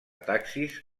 taxis